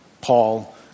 Paul